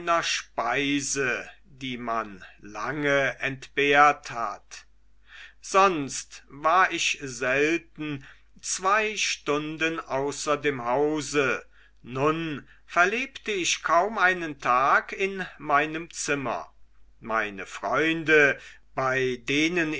speise die man lange entbehrt hat sonst war ich selten zwei stunden außer dem hause nun verlebte ich kaum einen tag in meinem zimmer meine freunde bei denen